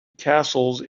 castles